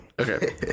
Okay